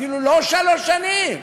אפילו לא שלוש שנים,